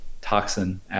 toxin